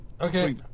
Okay